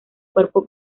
cuerpo